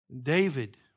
David